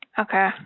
Okay